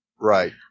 Right